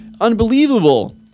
Unbelievable